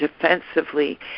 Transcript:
defensively